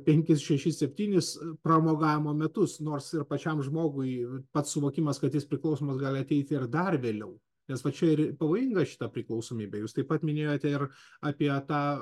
penkis šešis septynis pramogavimo metus nors ir pačiam žmogui pats suvokimas kad jis priklausomas gali ateiti ir dar vėliau nes va čia ir pavojinga šita priklausomybė jūs taip pat minėjote ir apie tą